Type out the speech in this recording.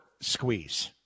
squeeze